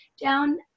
down